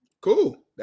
Cool